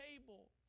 table